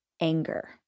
anger